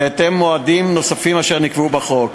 ובהתאם, מועדים נוספים אשר נקבעו בחוק.